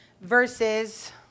versus